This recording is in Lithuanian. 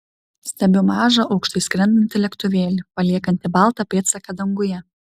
stebiu mažą aukštai skrendantį lėktuvėlį paliekantį baltą pėdsaką danguje